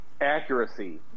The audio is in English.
Accuracy